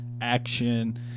action